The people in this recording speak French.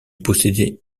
possédait